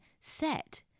set